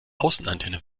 außenantenne